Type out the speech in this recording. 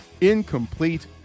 incomplete